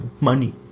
money